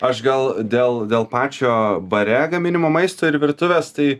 aš gal dėl dėl pačio bare gaminimo maisto ir virtuvės tai